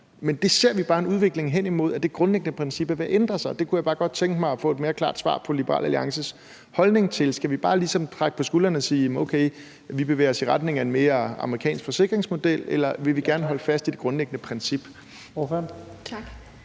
men vi ser bare en udvikling hen imod, at det grundlæggende princip er ved at ændre sig. Det kunne jeg bare godt tænke mig at få et mere klart svar på Liberal Alliances holdning til. Skal vi bare ligesom trække på skuldrene og sige: Okay, vi bevæger os i retning af en mere amerikansk forsikringsmodel, eller vil vi gerne holde fast i det grundlæggende princip?